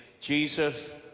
Jesus